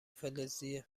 فلزیه